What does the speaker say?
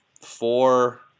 four